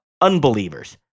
unbelievers